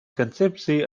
концепции